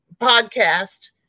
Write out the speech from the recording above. podcast